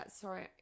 Sorry